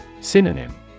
Synonym